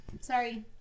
Sorry